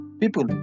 people